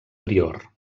prior